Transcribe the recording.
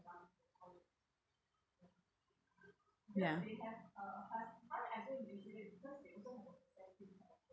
ya